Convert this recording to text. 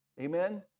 Amen